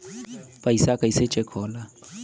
पैसा कइसे चेक होला?